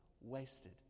wasted